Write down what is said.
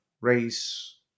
race